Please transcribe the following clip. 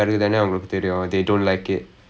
mm ஆமாம் ஆமாம்:aamaam aamaam